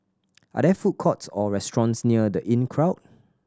are there food courts or restaurants near The Inncrowd